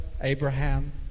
Abraham